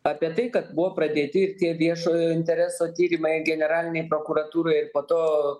apie tai kad buvo pradėti ir tie viešojo intereso tyrimai generalinei prokuratūrai ir po to